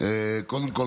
קודם כול,